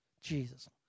Jesus